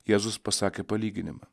jėzus pasakė palyginimą